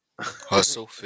Hustle